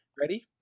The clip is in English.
Ready